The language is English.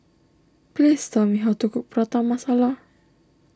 please tell me how to cook Prata Masala